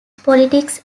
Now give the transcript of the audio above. politics